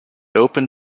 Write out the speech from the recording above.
open